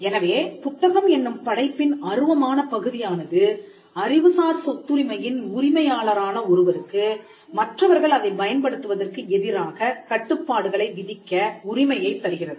எனவே புத்தகம் என்னும் படைப்பின் அருவமான பகுதியானது அறிவுசார் சொத்துரிமையின் உரிமையாளரான ஒருவருக்கு மற்றவர்கள் அதைப் பயன்படுத்துவதற்கு எதிராகக் கட்டுப்பாடுகளை விதிக்க உரிமையைத் தருகிறது